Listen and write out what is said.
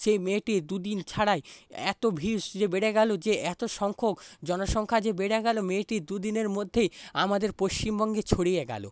সেই মেয়েটি দুদিন ছাড়াই এত ভিড় বেড়ে গেল যে এত সংখ্যক জনসংখ্যা যে বেড়ে গেল মেয়েটির দুদিনের মধ্যেই আমাদের পশ্চিমবঙ্গে ছড়িয়ে গেল